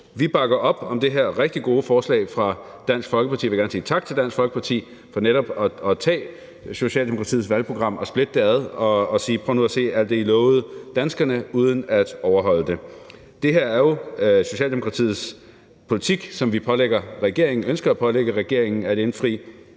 Vi bakker op om det her rigtig gode forslag fra Dansk Folkeparti. Vi vil gerne sige tak til Dansk Folkeparti for netop at tage Socialdemokratiets valgprogram og splitte det ad og sige: Prøv nu at se alt det, I lovede danskerne uden at overholde det. Det her er jo Socialdemokratiets politik, som vi ønsker at pålægge regeringen at indfri.